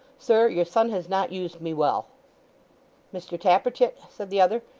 sir, your son has not used me well mr tappertit said the other,